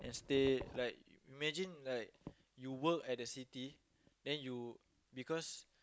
stay like imagine like you work at the city then you because